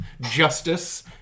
justice